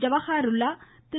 Jawahirullah Thiru